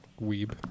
Weeb